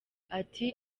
ati